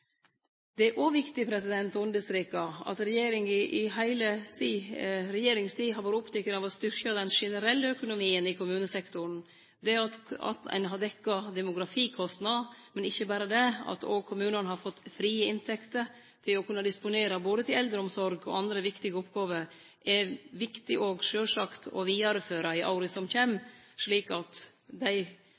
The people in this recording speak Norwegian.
Det er òg viktig å understreke at regjeringa i heile si regjeringstid har vore oppteken av å styrkje den generelle økonomien i kommunesektoren. Det at ein har dekt demografikostnadene, men ikkje berre det, at kommunane har fått frie inntekter å disponere både til eldreomsorg og andre viktige oppgåver, er sjølvsagt òg viktig å vidareføre i åra som kjem, slik at dei